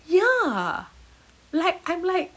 ya like I'm like